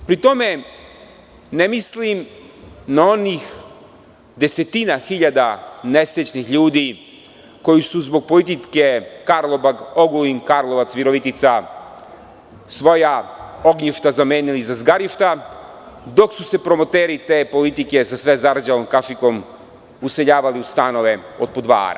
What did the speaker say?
Pri tome, ne mislim na onih desetina hiljada nesrećnih ljudi koji su zbog politike Karlobag-Ogulin-Karlovac-Virovitica svoja ognjišta zamenili za zgarišta, dok su se promoteri te politike sa sve zarđalom kašikom useljavali u stanove od po dva ara.